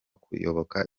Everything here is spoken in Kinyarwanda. kuyoboka